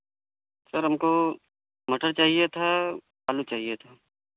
sir हमको मटर चाहिए था आलू चाहिए था